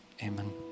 amen